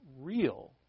real